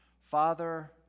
Father